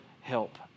help